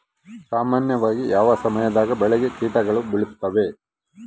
ಸಾಮಾನ್ಯವಾಗಿ ಯಾವ ಸಮಯದಾಗ ಬೆಳೆಗೆ ಕೇಟಗಳು ಬೇಳುತ್ತವೆ?